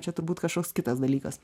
čia turbūt kažkoks kitas dalykas